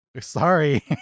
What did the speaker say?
Sorry